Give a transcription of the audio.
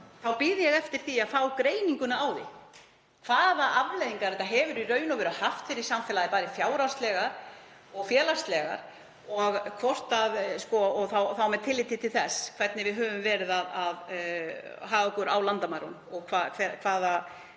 þá bíð ég eftir því að fá greiningu á því hvaða afleiðingar þetta hefur í raun og veru haft fyrir samfélagið, bæði fjárhagslegar og félagslegar, og þá með tilliti til þess hvernig við höfum verið að haga okkur á landamærunum og hvaða